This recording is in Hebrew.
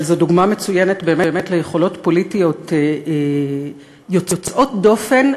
אבל זאת דוגמה מצוינת באמת ליכולות פוליטיות יוצאות דופן,